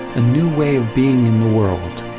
a new way of being in the world.